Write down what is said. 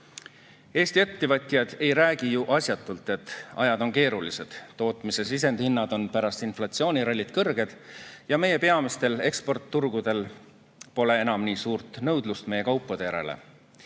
viia. Eesti ettevõtjad ei räägi ju asjatult, et ajad on keerulised. Tootmise sisendihinnad on pärast inflatsioonirallit kõrged ja meie peamistel eksporditurgudel pole enam nii suurt nõudlust meie kaupade järele.